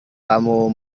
kamu